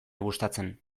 gustatzen